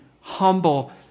humble